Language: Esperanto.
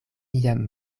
iam